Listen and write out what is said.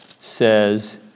says